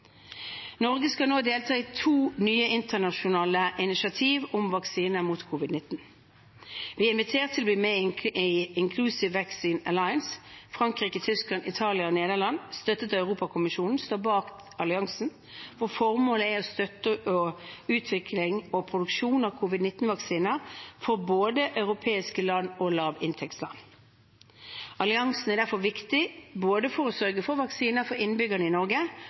Norge skal nå delta i to nye internasjonale initiativ om vaksiner mot covid-19. Vi er invitert til å bli med i Inclusive Vaccines Alliance. Frankrike, Tyskland, Italia og Nederland, støttet av Europakommisjonen, står bak alliansen, hvor formålet er å støtte utvikling og produksjon av covid-19-vaksiner for både europeiske land og lavinntektsland. Alliansen er derfor viktig både for å sørge for vaksiner for innbyggerne i Norge